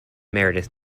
meredith